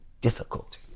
difficult